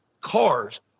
cars